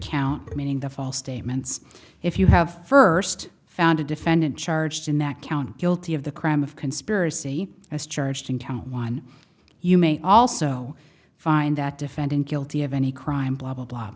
count meaning the false statements if you have first found a defendant charged in that count guilty of the crime of conspiracy as charged in count one you may also find that defendant guilty of any crime blah blah blah